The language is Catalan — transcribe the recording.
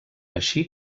així